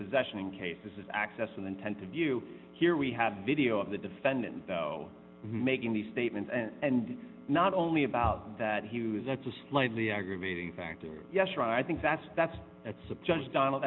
possession in cases of access and then tend to view here we have video of the defendant though making these statements and not only about that he was that's a slightly aggravating factor yes right i think that's that's that's of judge donald